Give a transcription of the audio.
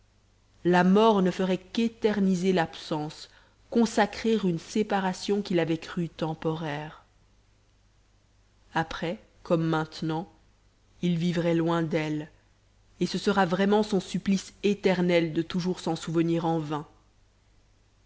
la mort ne ferait qu'éterniser l'absence consacrer une séparation qu'il avait crue temporaire après comme maintenant il vivra loin d'elle et ce sera vraiment son supplice éternel de toujours s'en souvenir en vain